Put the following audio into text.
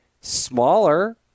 smaller